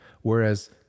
Whereas